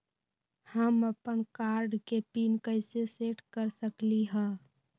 हम अपन कार्ड के पिन कैसे सेट कर सकली ह?